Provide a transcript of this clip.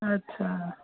अच्छा